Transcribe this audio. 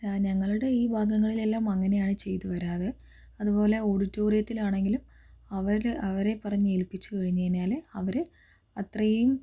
ഞങ്ങളുടെ ഈ ഭാഗങ്ങളിലെല്ലാം അങ്ങനെയാണ് ചെയ്തുവരാറ് അതുപോലെ ഓഡിറ്റോറിയത്തിൽ ആണെങ്കിലും അവര് അവരെ പറഞ്ഞു ഏൽപ്പിച്ചു കഴിഞ്ഞു കഴിഞ്ഞാല് അവര് അത്രയും